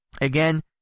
Again